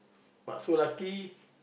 but so luckily